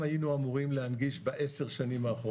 יחד עם מרכז השלטון האזורי אנחנו בעצם מייצגים את כל